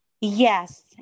Yes